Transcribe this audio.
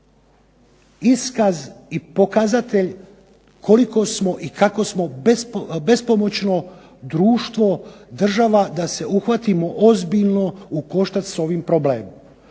iskaz i pokazatelj koliko smo i kako smo bespomoćno društvo, država da se uhvatimo ozbiljno u koštac s ovim problemom.